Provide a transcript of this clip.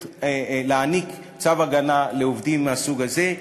להעניק צו הגנה לעובדים מהסוג הזה.